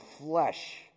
flesh